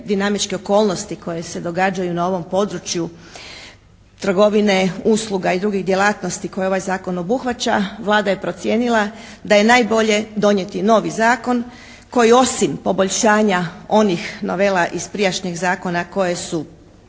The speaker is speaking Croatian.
dinamičke okolnosti koje se događaju na ovom području trgovine usluga i drugih djelatnosti koje ovaj zakon obuhvaća. Vlada je procijenila da je najbolje donijeti novi zakon koji osim poboljšanja onih novela iz prijašnjeg zakona koje su